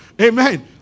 amen